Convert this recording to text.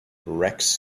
rex